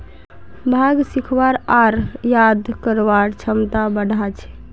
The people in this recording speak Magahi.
भांग सीखवार आर याद करवार क्षमता बढ़ा छे